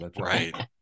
right